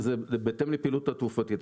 זה בהתאם לפעילות התעופתית.